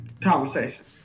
conversation